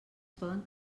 poden